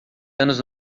anos